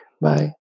bye